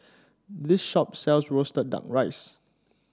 this shop sells roasted duck rice